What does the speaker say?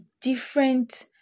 different